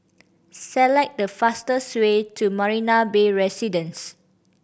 select the fastest way to Marina Bay Residence